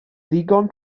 ddigon